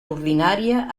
ordinària